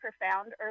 profound